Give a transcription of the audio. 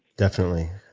definitely.